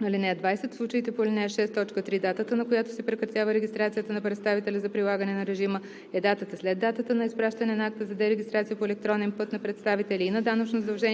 (20) В случаите по ал. 6, т. 3 датата, на която се прекратява регистрацията на представителя за прилагане на режима, е датата след датата на изпращане на акта за дерегистрация по електронен път на представителя и на данъчно задължените